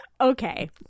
Okay